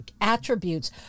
attributes